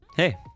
Hey